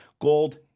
gold